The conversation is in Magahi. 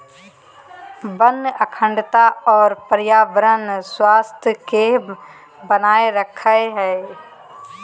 वन अखंडता और पर्यावरणीय स्वास्थ्य के बनाए रखैय हइ